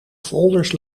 folders